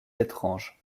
étranges